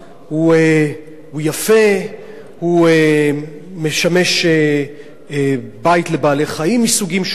הוא יפה, הוא משמש בית לבעלי חיים מסוגים שונים,